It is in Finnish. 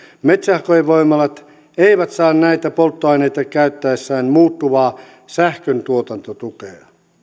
metsähakevoimalat eivät saa näitä polttoaineita käyttäessään muuttuvaa sähköntuotantotukea